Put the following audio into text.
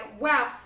wow